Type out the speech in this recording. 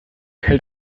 hält